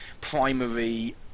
primary